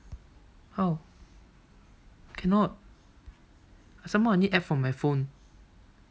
how cannot somehow I only add from my phone